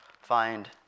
find